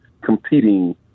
competing